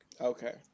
Okay